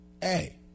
Hey